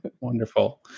Wonderful